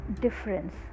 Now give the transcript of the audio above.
difference